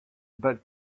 but